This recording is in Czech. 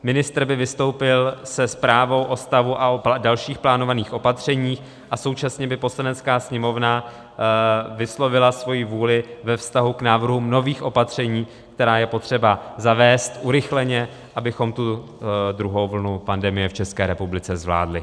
Ministr by vystoupil se zprávou o stavu a dalších plánovaných opatřeních a současně by Poslanecká sněmovna vyslovila svoji vůli ve vztahu k návrhům nových opatření, která je potřeba urychleně zavést, abychom tu druhou vlnu pandemie v České republice zvládli.